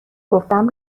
گفتم